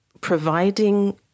providing